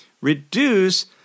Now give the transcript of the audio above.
reduce